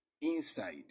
inside